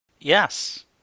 Yes